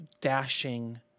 dashing